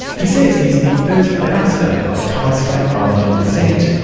he says he's the first barrister of torres strait islander descent.